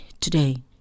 today